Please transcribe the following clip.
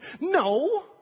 No